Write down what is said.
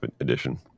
edition